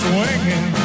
Swinging